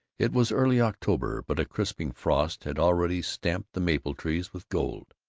it was early october, but a crisping frost had already stamped the maple trees with gold,